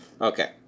Okay